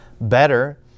better